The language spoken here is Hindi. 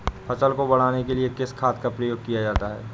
फसल को बढ़ाने के लिए किस खाद का प्रयोग किया जाता है?